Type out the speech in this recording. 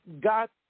got